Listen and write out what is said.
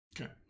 okay